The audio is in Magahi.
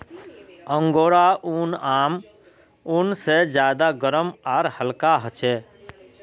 अंगोरा ऊन आम ऊन से ज्यादा गर्म आर हल्का ह छे